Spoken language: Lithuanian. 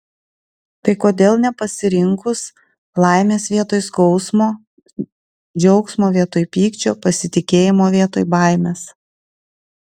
tai kodėl nepasirinkus laimės vietoj skausmo džiaugsmo vietoj pykčio pasitikėjimo vietoj baimės